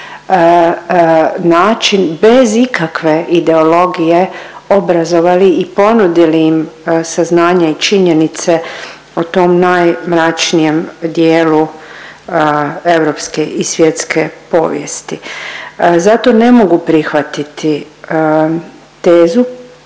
način bez ikakve ideologije obrazovali i ponudili im saznanja i činjenice o tom najmračnijem dijelu europske i svjetske povijesti. Zato ne mogu prihvatiti tezu